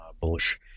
bullish